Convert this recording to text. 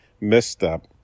misstep